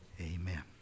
amen